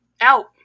out